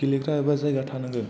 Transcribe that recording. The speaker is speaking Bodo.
गेलेग्रा एबा जायगा थानांगोन